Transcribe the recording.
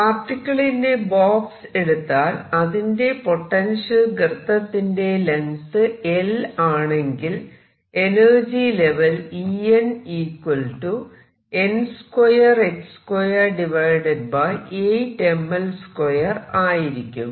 particle in a box എടുത്താൽ അതിന്റെ potential ഗർത്തത്തിന്റെ ലെങ്ത് L ആണെങ്കിൽ എനർജി ലെവൽ ആയിരിക്കും